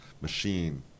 machine